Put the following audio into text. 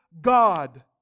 God